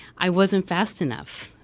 i wasn't fast enough,